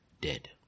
dead